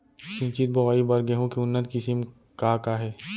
सिंचित बोआई बर गेहूँ के उन्नत किसिम का का हे??